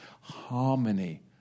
Harmony